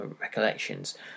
recollections